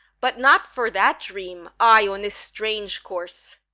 but not for that dream i on this strange course,